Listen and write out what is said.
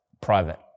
private